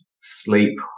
sleep